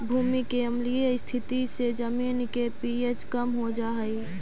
भूमि के अम्लीय स्थिति से जमीन के पी.एच कम हो जा हई